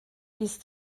ist